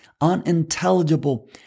unintelligible